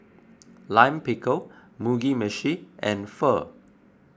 Lime Pickle Mugi Meshi and Pho